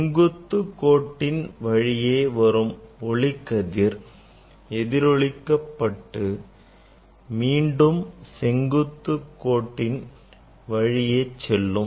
செங்குத்துக் கோட்டின் வழியே வரும் ஒளிக்கதிர் எதிரொளிக்கப்பட்டு மீண்டும் செங்குத்துக் கோட்டின் வழியே செல்லும்